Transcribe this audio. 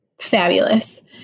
fabulous